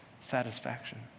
satisfaction